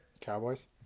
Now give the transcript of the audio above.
Cowboys